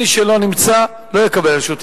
מי שלא נמצא, לא יקבל את רשות הדיבור.